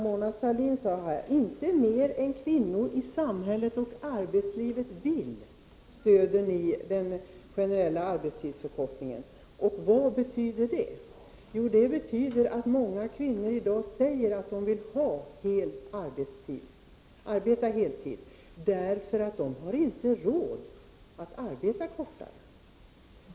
Mona Sahlin sade att ni inté stöder den generella arbetstidsförkortningen mer än kvinnor i samhället och arbetslivet vill. Vad betyder det? Jo, det betyder att många kvinnor i dag säger att de vill arbeta heltid, eftersom de inte har råd att arbeta mindre.